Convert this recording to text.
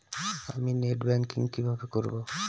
আমি net banking কিভাবে করব?